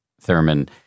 Thurman